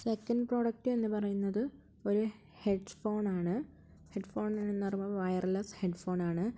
second product എന്ന് പറയുന്നത് ഒരു ഹെഡ് ഫോൺ ആണ് ഹെഡ് ഫോൺ എന്ന് പറയുമ്പോൾ വയർലെസ്സ് ഹെഡ് ഫോൺ ആണ്